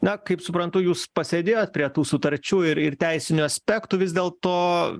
na kaip suprantu jūs pasėdėjot prie tų sutarčių ir ir teisiniu aspektu vis dėl to